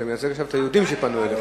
אתה מייצג עכשיו את היהודים שפנו אליך.